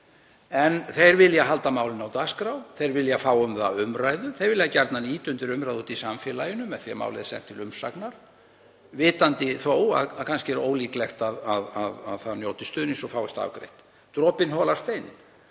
En þeir vilja halda málinu á dagskrá. Þeir vilja fá um það umræðu. Þeir vilja gjarnan ýta undir umræðu úti í samfélaginu með því að málið verði sent til umsagnar vitandi þó að kannski er ólíklegt að það njóti stuðnings og fáist afgreitt. Dropinn holar steininn